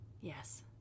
Yes